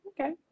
Okay